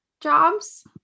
jobs